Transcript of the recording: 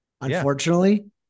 unfortunately